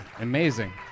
amazing